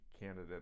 candidate